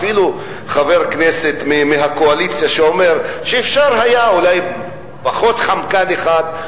אפילו חבר כנסת מהקואליציה שאומר שאפשר היה אולי פחות "חמקן" אחד,